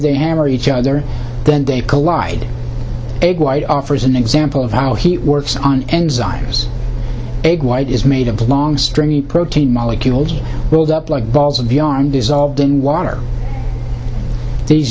they hammer each other then they collide egg white offers an example of how he works on enzymes egg white is made of long stringy protein molecules build up like balls of beyond dissolved in water these